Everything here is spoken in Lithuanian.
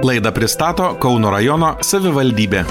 laidą pristato kauno rajono savivaldybė